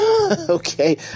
Okay